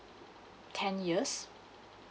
ten years